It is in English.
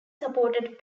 supported